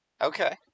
okay